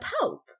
pope